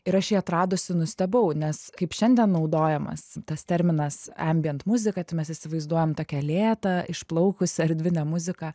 ir aš jį atradusi nustebau nes kaip šiandien naudojamas tas terminas embiant muzika tai mes įsivaizduojam tokią lėtą išplaukusią erdvinę muziką